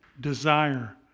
desire